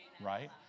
right